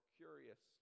curious